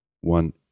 one